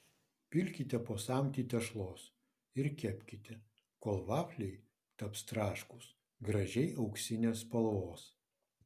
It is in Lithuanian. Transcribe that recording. pilkite po samtį tešlos ir kepkite kol vafliai taps traškūs gražiai auksinės spalvos